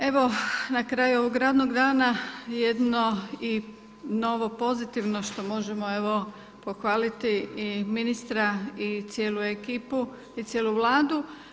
Evo na kraju ovog radnog dana jedno i novo pozitivno što možemo evo pohvaliti i ministra i cijelu ekipu i cijelu Vladu.